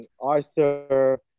Arthur